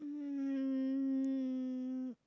um